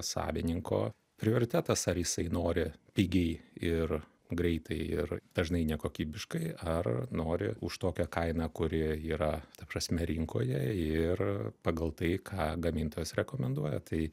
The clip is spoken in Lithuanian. savininko prioritetas ar jisai nori pigiai ir greitai ir dažnai nekokybiškai ar nori už tokią kainą kuri yra ta prasme rinkoje ir pagal tai ką gamintojas rekomenduoja tai